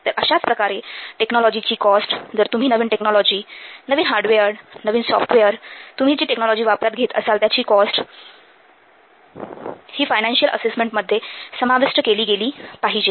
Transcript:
तर अशाच प्रकारे टेक्नॉलॉजीची कॉस्ट जर तुम्ही नवीन टेक्नॉलॉजी नवीन हार्डवेअर नवीन सॉफ्टवेअर तुम्ही जी टेक्नॉलॉजी वापरात घेत असाल त्याची कॉस्ट फायनान्शिअल असेसमेंट मध्ये समाविष्ट केली गेली पाहिजे